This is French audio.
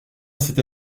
cette